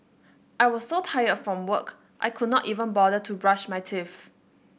I was so tired from work I could not even bother to brush my teeth